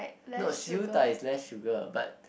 no siew dai is less sugar but